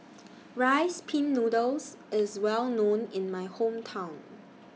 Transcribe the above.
Rice Pin Noodles IS Well known in My Hometown